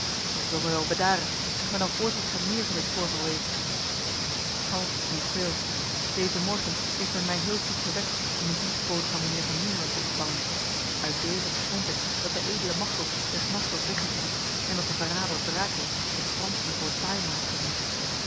maar ik wil mij wel bedaren zeg mij dan voorts wat gij meer van dit voorval weet ho niet veel deze morgen heeft men mij heel vroeg gewekt om een dienstbode van mijnheer van nieuwland te ontvangen uit deze verstond ik dat de edele machteld des nachts was weggevoerd en dat de verrader brakels de fransen voor taaiman had gediend